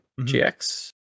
GX